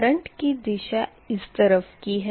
current की दिशा इस तरफ़ की है